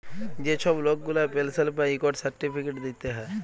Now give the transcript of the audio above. যে ছব লক গুলা পেলশল পায় ইকট সার্টিফিকেট দিতে হ্যয়